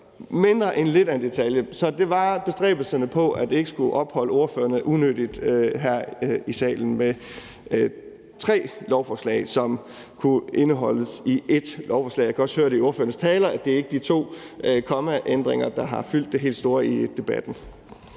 det var bestræbelserne på, at det ikke skulle opholde ordførerne unødigt her i salen med tre lovforslag, som kunne indeholdes i ét lovforslag. Jeg kan også høre i ordførernes taler, at det ikke er de to kommaændringer, der har fyldt det helt store i debatten.